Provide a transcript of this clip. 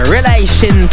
Relation